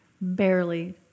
barely